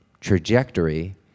trajectory